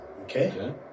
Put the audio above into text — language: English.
Okay